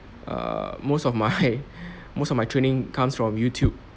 err most of my most of my training comes from YouTube